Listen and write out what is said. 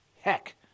heck